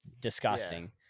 disgusting